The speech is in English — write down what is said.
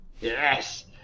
Yes